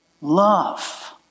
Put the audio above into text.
love